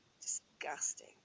disgusting